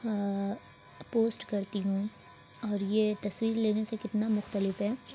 post کرتی ہوں اور یہ تصویر لینے سے کتنا مختلف ہے